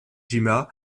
jima